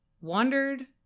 wandered